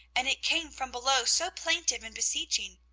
and it came from below so plaintive and beseeching.